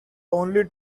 only